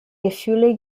gefühle